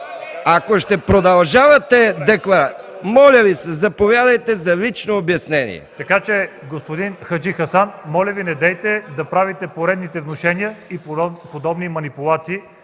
Ако ще продължавате декларацията, моля Ви се, заповядайте за лично обяснение. ЦВЕТАН ЦВЕТАНОВ: Така че, господин Хаджихасан, моля Ви, недейте да правите поредните внушения и подобни манипулации